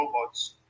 robots